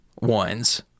ones